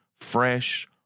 Fresh